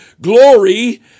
Glory